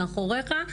מאחוריך,